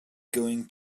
going